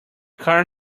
car